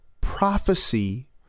prophecy